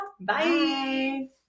Bye